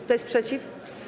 Kto jest przeciw?